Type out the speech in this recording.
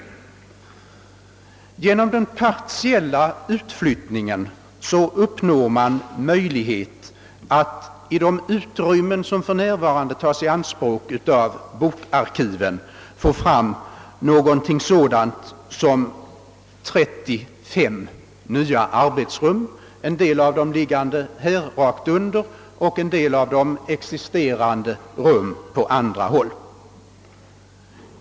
Genom den partiella utflyttningen blir det möjligt att i de utrymmen, som för närvarande tas i anspråk av bokarkiven, få fram ungefär 35 nya arbetsrum — en del av dem nyinrättade under andra kammarens plenisal, en del redan nu existerande på andra håll.